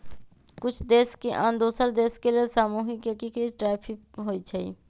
कुछ देश के आन दोसर देश के लेल सामूहिक एकीकृत टैरिफ होइ छइ